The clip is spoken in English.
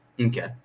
Okay